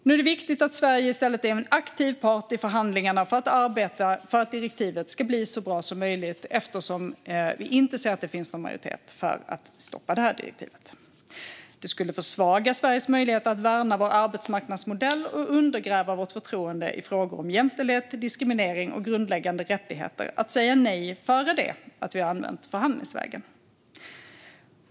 Nu är det viktigt att Sverige i stället är en aktiv part i förhandlingarna för att arbeta för att direktivet ska bli så bra som möjligt eftersom vi inte ser att det finns någon majoritet för att stoppa det. Det skulle försvaga Sveriges möjligheter att värna vår arbetsmarknadsmodell och undergräva vårt förtroende i frågor om jämställdhet, diskriminering och grundläggande rättigheter om vi sa nej innan vi har använt förhandlingsvägen.